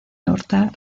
horta